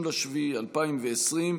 30 ביולי 2020,